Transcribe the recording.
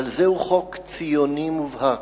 אבל זהו חוק ציוני מובהק.